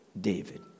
David